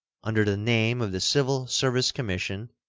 under the name of the civil service commission,